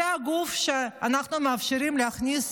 זה הגוף שאנחנו מאפשרים לו להכניס